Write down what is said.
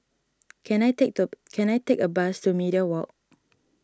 can I take the can I take a bus to Media Walk